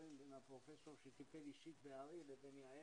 הפרופסורים עם הפרופסור שטיפל אישית בארי לבין יעל,